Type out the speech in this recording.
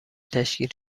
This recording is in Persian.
تشکیل